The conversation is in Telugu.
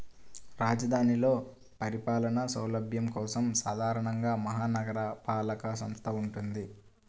రాజధానిలో పరిపాలనా సౌలభ్యం కోసం సాధారణంగా మహా నగరపాలక సంస్థ వుంటది